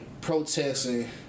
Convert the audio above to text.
protesting